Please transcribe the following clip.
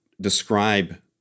describe